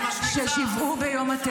הגיעו.